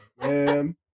man